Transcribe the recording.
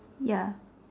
ya